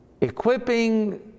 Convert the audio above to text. equipping